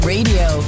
Radio